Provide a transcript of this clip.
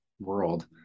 world